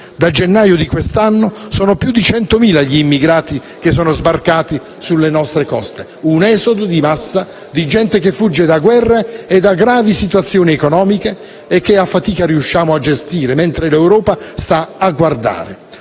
Da gennaio di quest'anno sono più di 100.000 gli immigrati che sono sbarcati sulle nostre coste, un esodo di massa di gente che fugge da guerre e da gravi situazioni economiche e che a fatica riusciamo a gestire, mentre l'Europa sta a guardare.